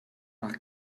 nach